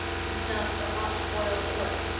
he smelt the hot boiled oil,